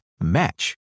match